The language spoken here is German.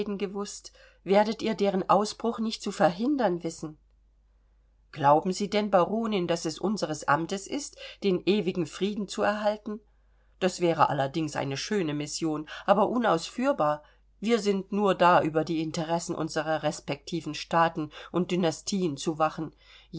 gewußt werdet ihr deren ausbruch nicht zu verhindern wissen glauben sie denn baronin daß es unseres amtes ist den ewigen frieden zu erhalten das wäre allerdings eine schöne mission aber unausführbar wir sind nur da über die interessen unserer respektiven staaten und dynastien zu wachen